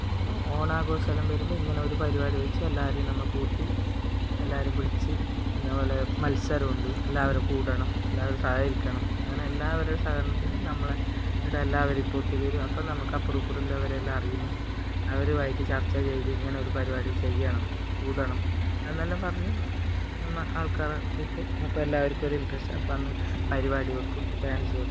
അപ്പോൾ ഓണാഘോഷമെല്ലാം വരുമ്പം ഇങ്ങനൊരു പരിപാടി വെച്ച് എല്ലാവരെയും നമ്മൾ കൂട്ടി എല്ലാവരും വിളിച്ച് ഇന്നപോലെ മത്സരമുണ്ട് എല്ലാവരും കൂടണം എല്ലാവരും സഹകരിക്കണം അങ്ങനെ എല്ലാവരുടെയും സഹകരണത്തിന് നമ്മളുടെ ഈടെ എല്ലാവരും ഇപ്പം ഒത്തു ചേരും അപ്പം നമുക്ക് അപ്പുറവും ഇപ്പുറവുമുള്ളവരെല്ലാം അറിയുന്നു അവരുമായിട്ട് ചർച്ച ചെയ്ത് ഇങ്ങനെ ഒരുപരിപാടി ചെയ്യണം കൂടണം എന്നെല്ലാം പറഞ്ഞ് നമ്മൾ ആൾക്കാരെ കൂട്ടും അപ്പം എല്ലാവർക്കും ഒരു ഇൻറ്ററെസ്റ്റ് അപ്പം അന്നു പരിപാടി വെക്കും ഡാൻസ് വെക്കും